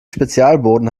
spezialboden